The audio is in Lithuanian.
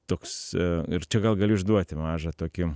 toks ir čia gal galiu išduoti mažą tokį